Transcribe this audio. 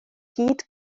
gyd